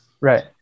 right